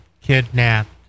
kidnapped